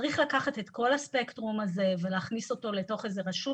צריך לקחת את כל הספקטרום הזה ולהכניס אותו לתוך איזה רשות